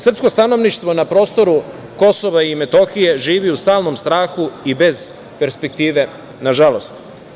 Srpsko stanovništvo na prostoru KiM živi u stalnom strahu i bez perspektive, nažalost.